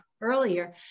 earlier